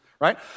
right